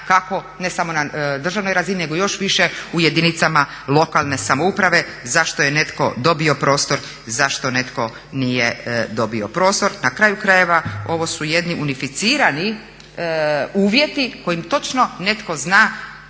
ne samo na državnoj razini nego još više u jedinicama lokalne samouprave zašto je netko dobio prostor, zašto netko nije dobio prostor. Na kraju krajeva, ovo su jedni unificirani uvjeti kojim točno netko zna